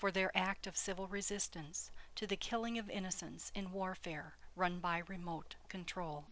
for their act of civil resistance to the killing of innocents in warfare run by remote control